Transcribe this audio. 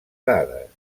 dades